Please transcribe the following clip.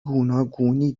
گوناگونی